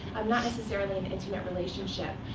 not necessarily an intimate relationship.